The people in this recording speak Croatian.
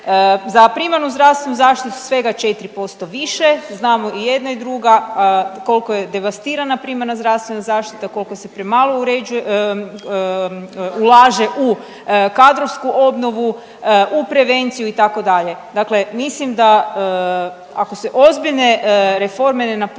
Za primarnu zdravstvenu zaštitu svega 4% više, znamo i jedna i druga koliko je devastirana primarna zdravstvena zaštita koliko se premalo uređuje ulaže u kadrovsku obnovu, u prevenciju itd. dakle mislim da ako se ozbiljne reforme ne naprave